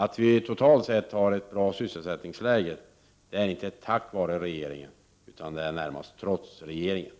Att vi totalt sett har ett bra sysselsättningsläge är inte tack vare regeringen utan närmast trots regeringen.